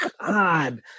god